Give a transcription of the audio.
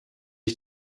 ich